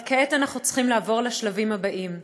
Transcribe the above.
אבל כעת אנחנו צריכים לעבור לשלבים הבאים: